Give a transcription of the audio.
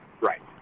Right